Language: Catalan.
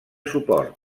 suport